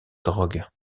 drogue